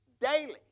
Daily